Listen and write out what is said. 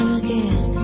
again